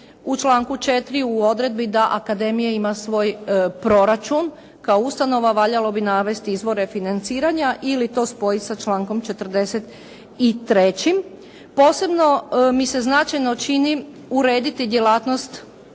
U članku 4. odredbi da akademija ima svoj proračun kao ustanova, valjalo bi navesti izvore financiranja ili to spojiti sa člankom 43. Posebno mi se značajno čini urediti djelatnost